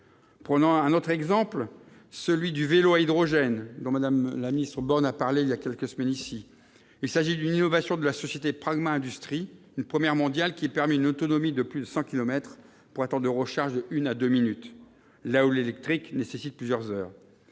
Prenons aussi l'exemple du vélo à hydrogène, dont Mme Borne a parlé ici, voilà quelques semaines. Il s'agit d'une innovation de la société Pragma Industries, une première mondiale qui permet une autonomie de plus de 100 kilomètres, pour un temps de recharge d'une à deux minutes, quand l'électrique nécessite plusieurs heures.